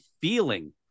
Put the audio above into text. feeling